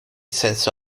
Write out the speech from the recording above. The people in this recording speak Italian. senso